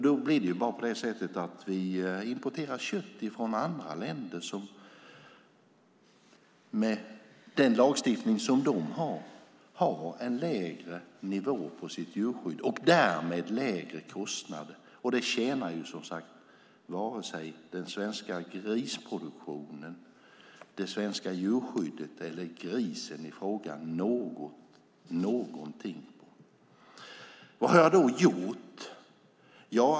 Då blir det bara på det sättet att vi importerar kött från andra länder vars lagstiftning ger en lägre nivå på djurskyddet och därmed lägre kostnader. Det tjänar som sagt varken den svenska grisproduktionen, det svenska djurskyddet eller grisen i fråga någonting på. Vad jag har då gjort?